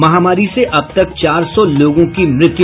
महामारी से अब तक चार सौ लोगों की मृत्यु